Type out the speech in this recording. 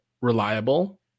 reliable